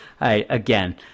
again